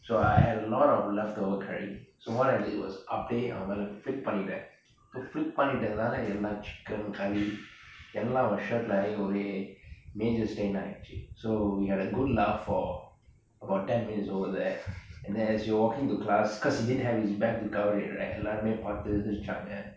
so I had a lot of leftover curry so what I did was அப்படியே அவன் மேல:appadiye avan mela flip பன்னிட்டேன்:pannitten so flip பன்னிட்டனால எல்லா:pannitanaala ellaa chicken curry எல்லா அவன்:ellaa avan shirt ஆகி ஒரே:aagi ore major stain ஆயிருச்சு:aayiruchu so we had a good laugh for about ten minutes over that and as we were walking to class cause he didn't have is bag to cover it right எல்லாருமே பாத்து சிருச்சாங்க:ellaarume paathu siruchaanga